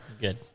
good